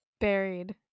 Buried